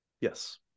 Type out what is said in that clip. Yes